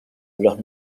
los